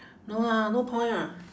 no lah no point ah